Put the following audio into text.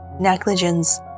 negligence